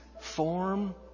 form